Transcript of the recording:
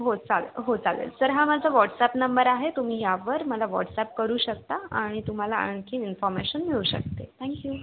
हो चालेल हो चालेल तर हा माझा वॉट्सआप नंबर आहे तुम्ही ह्यावर मला वॉट्सआप करू शकता आणि तुम्हाला आणखी इन्फॉर्मेशन मिळू शकते थँक यु